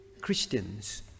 Christians